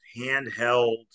handheld